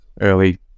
early